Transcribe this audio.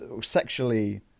sexually